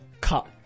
cut